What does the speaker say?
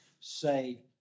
say